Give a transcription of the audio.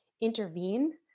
intervene